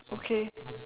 okay